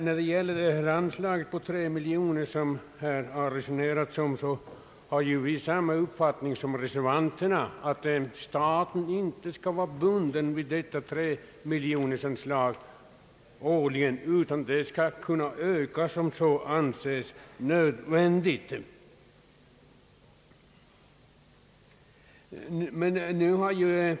När det gäller anslaget på 3 miljoner kronor, som det här har resonerats om, har vi samma uppfattning som reservanterna, att staten inte skall vara bunden vid detta årliga anslag, utan kunna öka det om så anses nödvändigt.